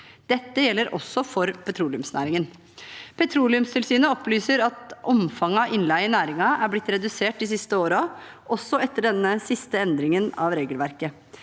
Dette gjelder også for petroleumsnæringen. Petroleumstilsynet opplyser at omfanget av innleie i næringen er blitt redusert de siste årene, også etter denne siste endringen av regelverket.